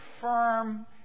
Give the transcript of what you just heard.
firm